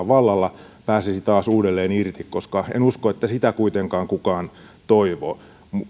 vallalla pääsisi taas uudelleen irti koska en usko että sitä kuitenkaan kukaan toivoo